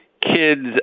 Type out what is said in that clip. kids